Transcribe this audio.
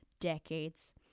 decades